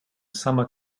summer